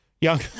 young